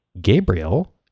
Gabriel